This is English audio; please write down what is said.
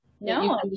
No